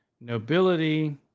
nobility